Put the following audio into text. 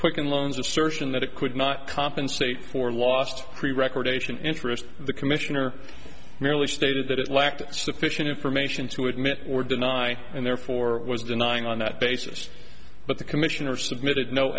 quicken loans assertion that it could not compensate for lost record ation interest the commissioner merely stated that it lacked sufficient information to admit or deny and therefore was denying on that basis but the commissioner submitted no